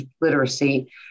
literacy